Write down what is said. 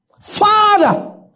Father